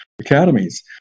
academies